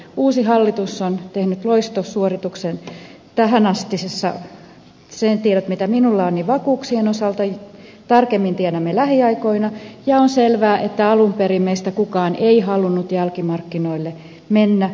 uusi hallitus on tehnyt loistosuorituksen tähän asti niillä tiedoilla mitä minulla on vakuuksien osalta tarkemmin tiedämme lähiaikoina ja on selvää että alun perin meistä kukaan ei halunnut jälkimarkkinoille mennä